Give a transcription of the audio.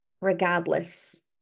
regardless